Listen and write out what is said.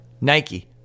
Nike